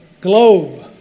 globe